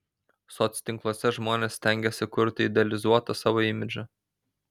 soctinkluose žmonės stengiasi kurti idealizuotą savo imidžą